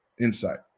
insight